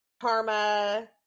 karma